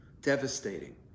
devastating